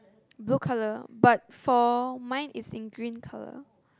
blue colour but for mine is in green colour